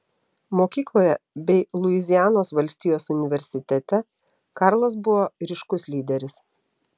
mokykloje bei luizianos valstijos universitete karlas buvo ryškus lyderis